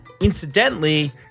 incidentally